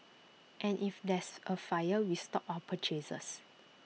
and if there's A fire we stop our purchases